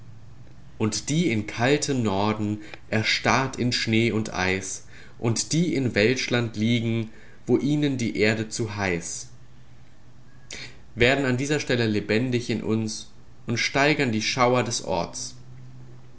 und die in kaltem norden erstarrt in schnee und eis und die in welschland liegen wo ihnen die erde zu heiß werden an dieser stelle lebendig in uns und steigern die schauer des orts